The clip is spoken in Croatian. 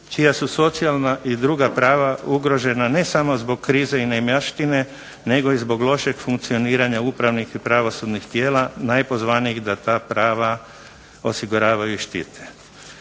čija su socijalna i druga prava ugrožena ne samo zbog krize i neimaštine, nego i zbog lošeg funkcioniranja upravnih i pravosudnih tijela najpozvanijih da ta prava osiguravaju i štite.